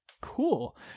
cool